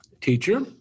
teacher